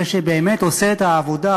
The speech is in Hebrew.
זה שבאמת עושה את העבודה,